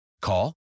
Call